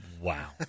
Wow